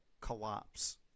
collapse